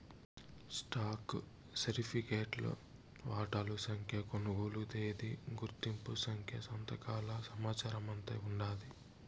stock సరిఫికెట్లో వాటాల సంఖ్య, కొనుగోలు తేదీ, గుర్తింపు సంఖ్య, సంతకాల సమాచారమంతా ఉండాది